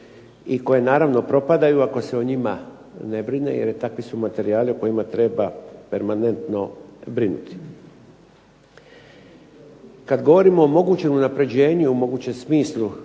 i koje naravno propadaju ako se o njima ne brine jer takvi su materijali o kojima treba permanentno brinuti. Kad govorim o mogućem unapređenju, o mogućem smislu